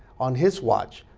on his watch,